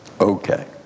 okay